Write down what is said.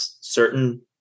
certain